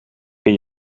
ken